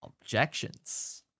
objections